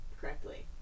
correctly